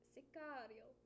Sicario